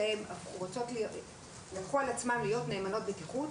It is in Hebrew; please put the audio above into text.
הרגיל הן לקחו על עצמן להיות נאמנות בטיחות.